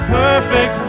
perfect